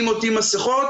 אם עוטים מסכות,